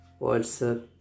WhatsApp